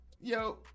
yo